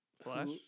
Flash